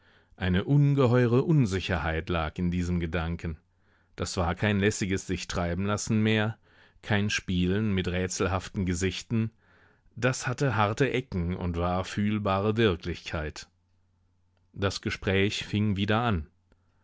eine ungeheure unsicherheit lag in diesem gedanken das war kein lässiges sichtreibenlassen mehr kein spielen mit rätselhaften gesichten das hatte harte ecken und war fühlbare wirklichkeit das gespräch fing wieder an